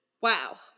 Wow